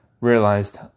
realized